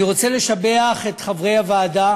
אני רוצה לשבח את חברי הוועדה